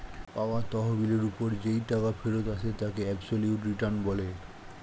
পাওয়া তহবিলের ওপর যেই টাকা ফেরত আসে তাকে অ্যাবসোলিউট রিটার্ন বলে